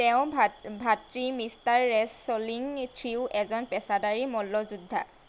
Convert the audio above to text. তেওঁৰ ভাত ভাতৃ মিষ্টাৰ ৰেছ'লিং থ্ৰীও এজন পেচাদাৰী মল্লযোদ্ধা